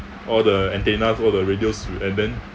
all the antennas all the radios and then